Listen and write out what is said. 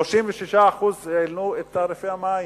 ש-36% העלו את תעריפי המים.